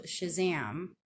Shazam